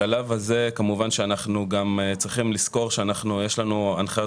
בשלב הזה כמובן שצריכים שיש לנו הנחיות